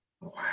Wow